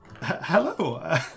Hello